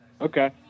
Okay